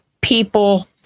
people